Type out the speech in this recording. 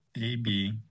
AB